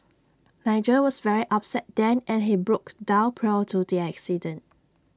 Nigel was very upset then and he broke down prior to the accident